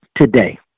today